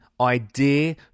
idea